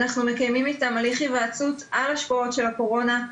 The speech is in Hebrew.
אנחנו מקיימים איתם הליך היוועצות על השפעות של הקורונה,